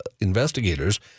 investigators